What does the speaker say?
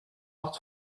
art